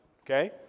okay